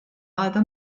għadha